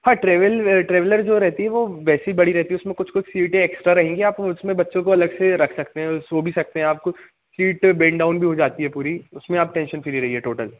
हाँ travel traveller जो रहती है वो वैसे ही बड़ी रहती उसमें कुछ कुछ सीटें एक्स्ट्रा रहेंगी आप उसमें बच्चों को अलग से रख सकते हैं और सो भी सकते हैं आपको सीट बेंड डाउन भी हो जाती है पूरी उसमें आप टेंशन फ़्री रहिए टोटल